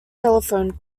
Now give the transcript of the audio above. telephone